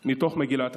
מתוך מגילת העצמאות.